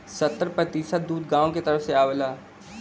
सत्तर प्रतिसत दूध गांव के तरफ से आवला